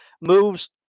moves